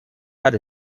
had